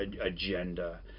agenda